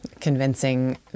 Convincing